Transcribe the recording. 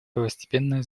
первостепенное